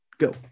go